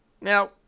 Now